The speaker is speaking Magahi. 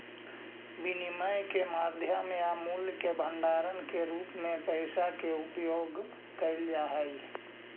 विनिमय के माध्यम या मूल्य के भंडारण के रूप में पैसा के उपयोग कैल जा हई